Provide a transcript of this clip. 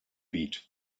beat